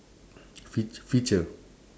fea~ feature